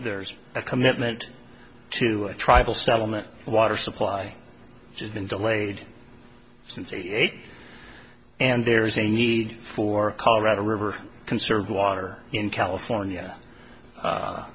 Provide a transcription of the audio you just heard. there's a commitment to a tribal settlement water supply has been delayed since eighty eight and there is a need for a colorado river conserve water in california